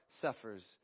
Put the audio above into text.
suffers